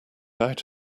out